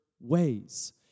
ways